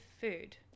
food